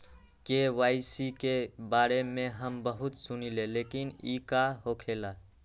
KYC के बारे में हम बहुत सुनीले लेकिन इ का होखेला?